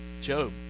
Job